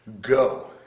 go